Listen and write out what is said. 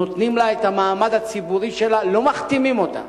נותנים לה את המעמד הציבורי שלה ולא מכתימים אותה.